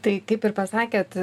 tai kaip ir pasakėt